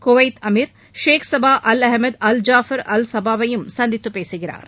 Kuwait Amir Sheikh Sabah Al Ahmad Al Jaber Al சாபாவையும் சந்தித்துப் பேசுகிறார்